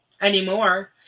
Anymore